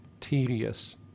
tedious